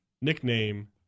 nickname